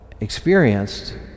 experienced